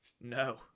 No